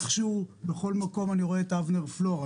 איכשהו בכל מקום אני רואה את אבנר פלור.